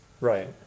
Right